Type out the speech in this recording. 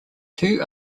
two